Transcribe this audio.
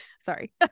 Sorry